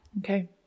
Okay